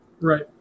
Right